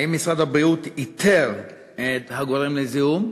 1. האם משרד הבריאות איתר את הגורם לזיהום?